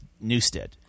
Newstead